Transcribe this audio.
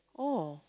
oh